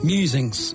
Musings